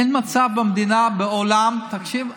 אין מצב במדינה ובעולם, החולים?